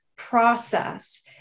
Process